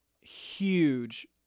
huge